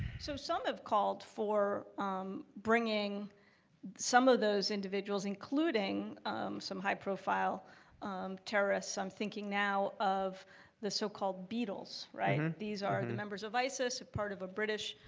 some some have called for um bringing some of those individuals including some high profile terrorists i'm thinking now of the so-called beatles, right? these are the members of isis. they're part of british